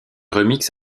remix